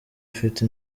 afite